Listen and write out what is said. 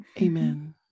amen